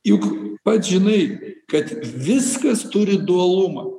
juk pats žinai kad viskas turi dualumą